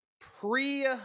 pre